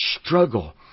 struggle